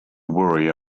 worry